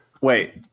Wait